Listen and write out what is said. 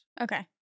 Okay